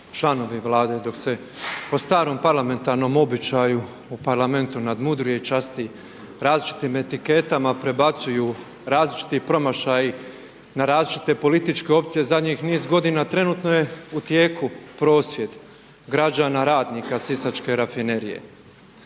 članovi Vlade, dok se po starom parlamentarnom običaju u Parlamentu nadmudruje i časti različitim etiketama, prebacuju različiti promašaji na različite političke opcije zadnjih niz godina, trenutno je u tijeku prosvjed građana, radnika Sisačke Rafinerije.